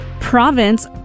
province